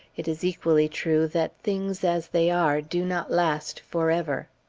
it is equally true that things as they are do not last for ever.